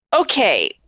Okay